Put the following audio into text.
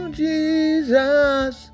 jesus